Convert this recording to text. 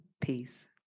peace